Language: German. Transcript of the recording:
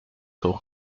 hoch